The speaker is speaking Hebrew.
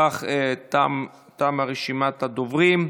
לפיכך, תמה רשימת הדוברים.